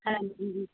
ਹਾਂਜੀ ਜੀ